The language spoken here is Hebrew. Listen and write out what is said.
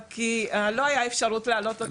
כי לא הייתה אפשרות להעלות לו את השכר.